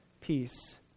peace